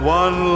one